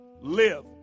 live